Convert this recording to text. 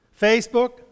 facebook